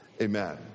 amen